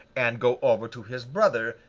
and go over to his brother,